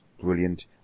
brilliant